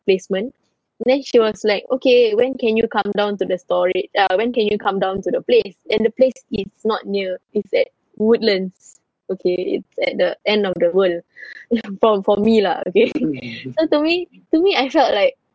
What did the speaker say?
placement then she was like okay when can you come down to the storage uh when can you come down to the place and the place is not near it's at woodlands okay it's at the end of the world ya for for me lah okay so to me to me I felt like